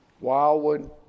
Wildwood